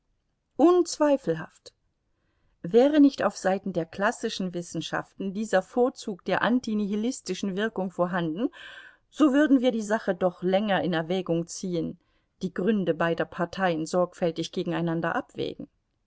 unzweifelhaft wäre nicht auf seiten der klassischen wissenschaften dieser vorzug der antinihilistischen wirkung vorhanden so würden wir die sache doch länger in erwägung ziehen die gründe beider parteien sorgfältiger gegeneinander abwägen